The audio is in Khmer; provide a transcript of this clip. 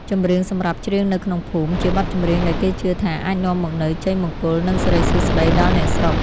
ចម្រៀងសម្រាប់ច្រៀងនៅក្នុងភូមិ ជាបទចម្រៀងដែលគេជឿថាអាចនាំមកនូវ ជ័យមង្គល និងសិរីសួស្ដី ដល់អ្នកស្រុក។